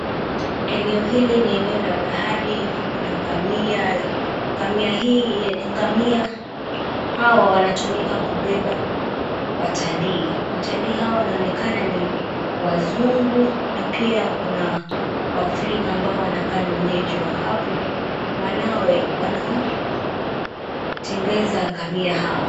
Eneo hili ni eneo la bahari. Kuna ngamia. Ngamia hawa wanatumika kubeba watalii. Watalii hawa wanaonekana ni wazungu na pia kuna waafrika ambao wanakaa ni wenyeji wa hapo wanaotembeza ngamia hawa.